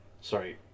sorry